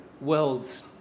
worlds